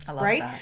Right